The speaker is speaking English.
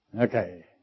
Okay